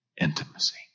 intimacy